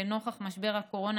לנוכח משבר הקורונה,